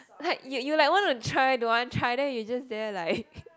like you you like want to try don't want try then you just there like